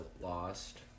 lost